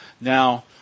Now